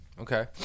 okay